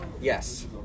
Yes